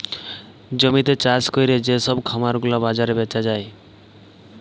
জমিতে চাষ ক্যরে যে সব খাবার গুলা বাজারে বেচা যায়